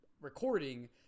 recording